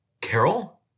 Carol